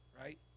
right